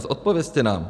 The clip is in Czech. Odpovězte nám.